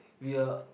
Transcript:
we are